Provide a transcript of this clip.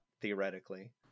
theoretically